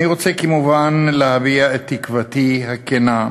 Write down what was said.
אני רוצה, כמובן, להביע את תקוותי הכנה,